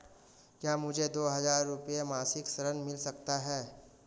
क्या मुझे दो हज़ार रुपये मासिक ऋण मिल सकता है?